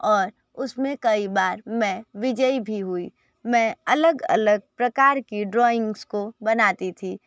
और उसमें कई बार मैं विजयी भी हुई मैं अलग अलग प्रकार के ड्रॉविंग्स को बनाती थी